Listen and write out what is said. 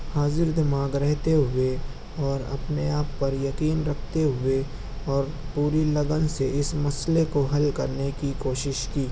حاضر دماغ رہتے ہوئے اور اپنے آپ پر یقین رکھتے ہوئے اور پوری لگن سے اِس مسئلے کو حل کرنے کی کوشش کی